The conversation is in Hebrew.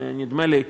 נדמה לי,